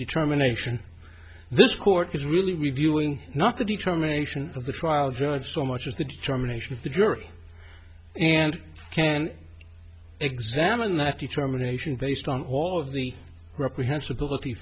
determination this court is really reviewing not the determination of the trial judge so much as the determination of the jury and can examine that determination based on all of the reprehensible